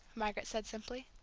margaret said simply.